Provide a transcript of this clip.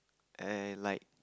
and like